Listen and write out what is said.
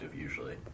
usually